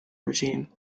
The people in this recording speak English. regime